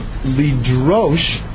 Lidrosh